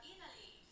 Italy